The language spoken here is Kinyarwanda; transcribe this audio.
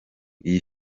iyi